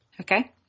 Okay